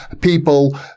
people